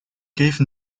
gave